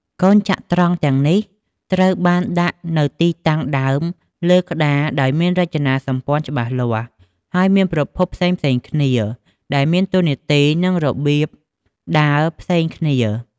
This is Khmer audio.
កូនចត្រង្គទាំងនេះត្រូវបានដាក់នៅទីតាំងដើមលើក្ដារដោយមានរចនាសម្ព័ន្ធច្បាស់លាស់ ហើយមានប្រភេទផ្សេងៗគ្នា ដែលមានតួនាទី និងរបៀបដើរផ្សេងគ្នា។